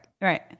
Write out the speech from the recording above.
Right